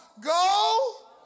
Go